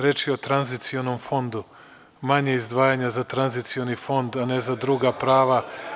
Reč je o tranzicionom fondu, manje izdvajanja za tranzcioni fond, a ne za druga prava.